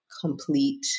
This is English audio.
complete